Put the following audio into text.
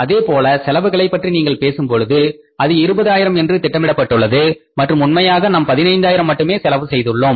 அதேபோல செலவுகளைப் பற்றி நீங்கள் பேசும் பொழுது அது 20000 என்று திட்டமிடப்பட்டுள்ளது மற்றும் உண்மையாக நாம் 15 ஆயிரம் மட்டும் செலவு செய்துள்ளோம்